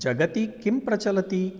जगति किं प्रचलति